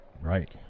Right